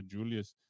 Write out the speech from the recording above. Julius